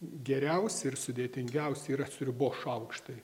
geriausi ir sudėtingiausi yra sriubos šaukštai